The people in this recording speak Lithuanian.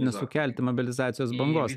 nesukelti mobilizacijos bangos